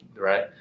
Right